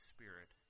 Spirit